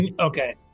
Okay